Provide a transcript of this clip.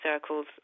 circles